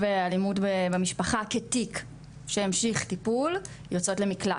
אלימות במשפחה כתיק שימשיך טיפול יוצאות למקלט.